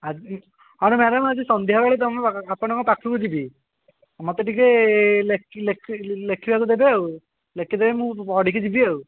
ଆଜି ହଁ ମ୍ୟାଡ଼ାମ ଆଜି ସନ୍ଧ୍ୟା ବେଳକୁ ତମ ଆପଣଙ୍କ ପାଖକୁ ଯିବି ମୋତେ ଟିକେ ଲେଖିବାକୁ ଦେବେ ଆଉ ଲେଖି ଦେବେ ମୁଁ ପଢ଼ିକି ଯିବି ଆଉ